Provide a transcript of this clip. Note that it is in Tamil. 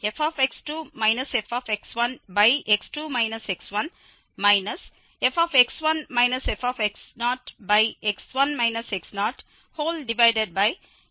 எனவே b2fx2 fx2 x1 fx1 fx1 x0x2 x0